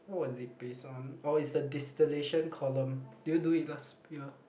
what was it base on or is the distillation column did you do it last year